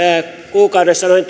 kuukaudessa noin